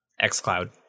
xCloud